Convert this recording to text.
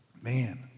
Man